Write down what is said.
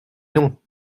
non